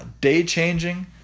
day-changing